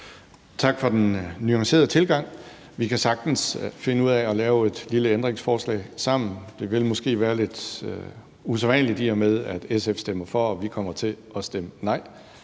Tak for den nuancerede tilgang. Vi kan sagtens finde ud af at lave et lille ændringsforslag sammen. Det ville måske være lidt usædvanligt, i og med at SF stemmer for og vi kommer til at stemme